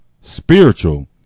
spiritual